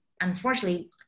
unfortunately